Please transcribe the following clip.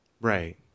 Right